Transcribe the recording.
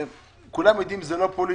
כולם יודעים שזה לא פוליטי.